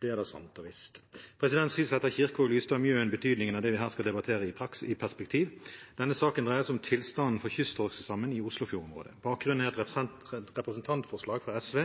det er da sant og visst» Slik setter Kirkvaag, Lystad og Mjøen betydningen av det vi her skal debattere, i perspektiv. Denne saken dreier seg om tilstanden for kysttorskstammen i Oslofjord-området. Bakgrunnen er et representantforslag fra SV